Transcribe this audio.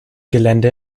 gelände